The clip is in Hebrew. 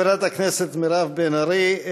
חברת הכנסת מירב בן ארי,